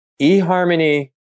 eHarmony